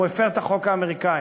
הוא הפר את החוק האמריקני,